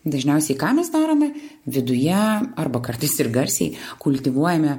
dažniausiai ką mes darome viduje arba kartais ir garsiai kultivuojame